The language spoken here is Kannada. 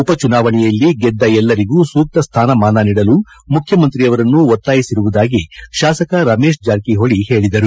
ಉಪ ಚುನಾವಣೆಯಲ್ಲಿ ಗೆದ್ದ ಎಲ್ಲರಿಗೂ ಸೂಕ್ತ ಸ್ತಾನಮಾನ ನೀಡಲು ಮುಖ್ಯಮಂತ್ರಿಯನ್ನು ಒತ್ತಾಯಿಸಿರುವುದಾಗಿ ಶಾಸಕ ರಮೇಶ್ ಜಾರಕಿಹೊಳಿ ಹೇಳಿದರು